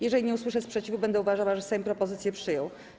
Jeżeli nie usłyszę sprzeciwu, będę uważała, że Sejm propozycję przyjął.